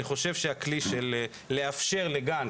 אני חושב שהכלי הוא לאפשר לגן,